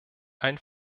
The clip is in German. ein